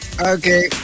Okay